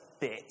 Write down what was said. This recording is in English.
bit